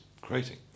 creating